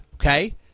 okay